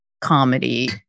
comedy